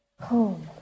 home